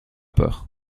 peur